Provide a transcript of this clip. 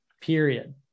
Period